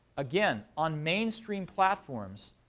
again, on mainstream platforms,